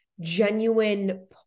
genuine